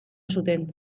zuten